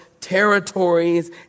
territories